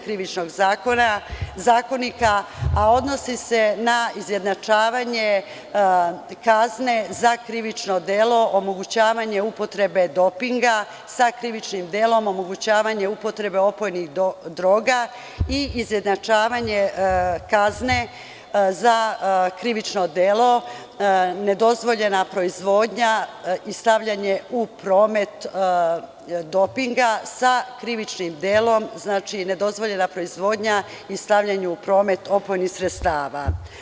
Krivičnog zakonika, a odnosi se na izjednačavanje kazne za krivično delo omogućavanje upotrebe dopinga sa krivičnom delom omogućavanje upotrebe opojnih droga i izjednačavanje kazne za krivično delo nedozvoljena proizvodnja i stavljanje u promet dopinga sa krivičnim delom, nedozvoljena proizvodnja i stavljanju u promet opojnih sredstava.